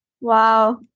Wow